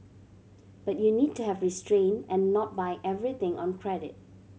but you need to have restrain and not buy everything on credit